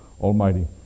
Almighty